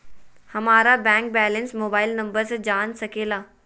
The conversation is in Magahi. हमारा बैंक बैलेंस मोबाइल नंबर से जान सके ला?